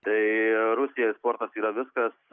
tai rusijoj sportas yra viskas